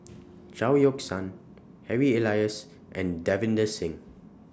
Chao Yoke San Harry Elias and Davinder Singh